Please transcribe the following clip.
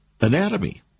anatomy